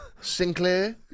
Sinclair